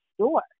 sure